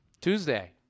Tuesday